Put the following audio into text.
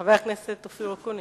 חבר הכנסת אופיר אקוניס,